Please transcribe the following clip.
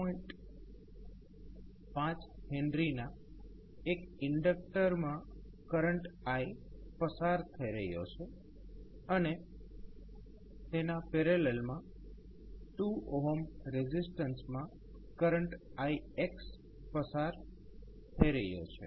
5 H ના એક ઇન્ડક્ટરમાં કરંટ i પસાર થઇ રહ્યો છે અને તેના પેરેલલ માં 2 રેઝિસ્ટન્સમા કરંટ ix પસાર થઇ રહ્યો છે